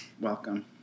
Welcome